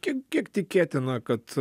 kiek kiek tikėtina kad